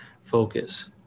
focus